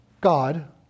God